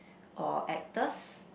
or actors